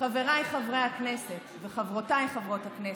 חבריי חברי הכנסת וחברותיי חברות הכנסת,